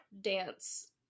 dance